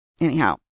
Anyhow